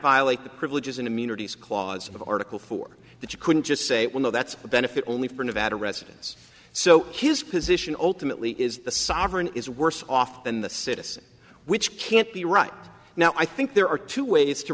violate the privileges and immunities clause of article four that you couldn't just say well no that's a benefit only for nevada residents so his position alternately is the sovereign is worse off than the citizens which can't be right now i think there are two ways to